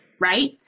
right